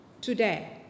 today